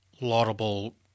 laudable